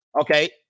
Okay